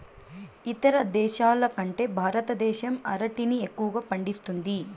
ఇతర దేశాల కంటే భారతదేశం అరటిని ఎక్కువగా పండిస్తుంది